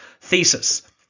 thesis